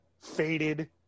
faded